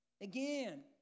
again